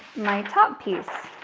my top piece.